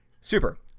Super